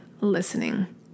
listening